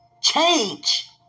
Change